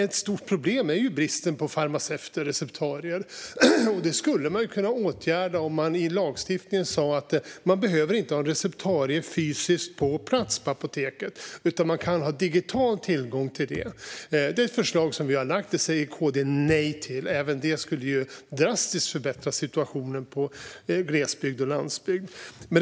Bristen på farmaceuter och receptarier är ett stort problem. Det skulle man kunna åtgärda om man i lagstiftningen sa att receptarier inte behöver finnas på plats fysiskt på apoteket, utan man kan ha digital tillgång till det. Det är ett förslag som vi har lagt fram. Även det skulle drastiskt förbättra glesbygdens och landsbygdens situation. Men det säger KD nej till.